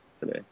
today